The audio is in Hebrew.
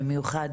במיוחד